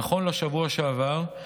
נכון לשבוע שעבר,